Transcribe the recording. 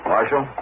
Marshal